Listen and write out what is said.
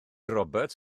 roberts